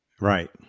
Right